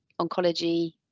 oncology